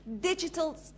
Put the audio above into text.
digital